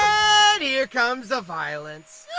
here comes the violence!